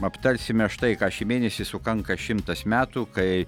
aptarsime štai ką šį mėnesį sukanka šimtas metų kai